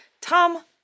Tom